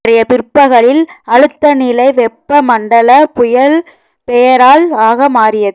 அன்றைய பிற்பகலில் அழுத்தநிலை வெப்ப மண்டலப் புயல் பெயரால் ஆக மாறியது